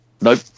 Nope